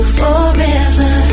forever